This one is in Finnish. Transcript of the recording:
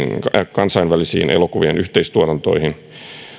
kansainvälisiin elokuvien yhteistuotantoihin